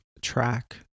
track